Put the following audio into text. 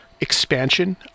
expansion